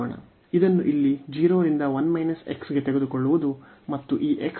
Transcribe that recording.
ಇದನ್ನು ಇಲ್ಲಿ 0 ರಿಂದ 1 x ಗೆ ತೆಗೆದುಕೊಳ್ಳುವುದು ಮತ್ತು ಈ x 0 ರಿಂದ 1 ರವರೆಗೆ ಹೋಗುತ್ತದೆ